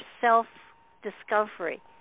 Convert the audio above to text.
self-discovery